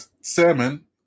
salmon